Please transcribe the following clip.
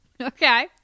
Okay